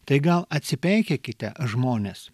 tai gal atsipeikėkite žmonės